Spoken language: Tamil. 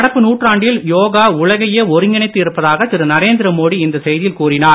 நடப்பு நூற்றாண்டில் யோகா உலகையே ஒருங்கிணைத்து இருப்பதாக திரு நரேந்திரமோடி இந்த செய்தியில் கூறினார்